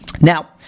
Now